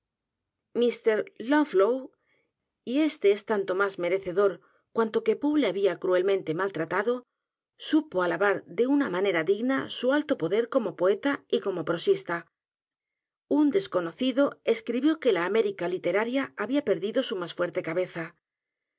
loñgfellow y éste es tanto más merecedor cuanto que p o e le había cruelmente maltratado supo alabar de una manera digna su alto poder como poeta y como prosista un desconocido escribió que la américa literaria había perdido su más fuerte cabeza